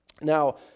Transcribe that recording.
Now